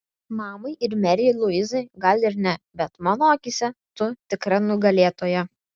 mamai ir merei luizai gal ir ne bet mano akyse tu tikra nugalėtoja